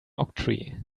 octree